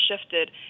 shifted